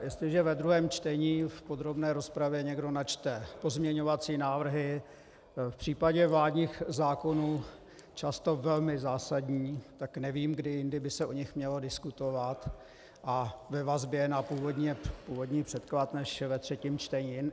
Jestliže ve druhém čtení v podrobné rozpravě někdo načte pozměňovací návrhy, v případě vládních zákonů často velmi zásadní, tak nevím, kdy jindy by se o nich mělo diskutovat ve vazbě na původní předklad než ve třetím čtení.